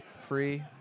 free